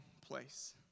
place